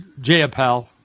Jayapal